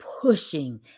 pushing